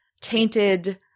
tainted